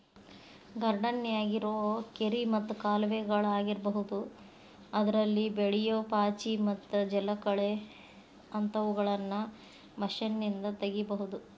ಗಾರ್ಡನ್ಯಾಗಿರೋ ಕೆರಿ ಮತ್ತ ಕಾಲುವೆಗಳ ಆಗಿರಬಹುದು ಅದ್ರಲ್ಲಿ ಬೆಳಿಯೋ ಪಾಚಿ ಮತ್ತ ಜಲಕಳೆ ಅಂತವುಗಳನ್ನ ಮಷೇನ್ನಿಂದ ತಗಿಬಹುದು